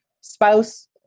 spouse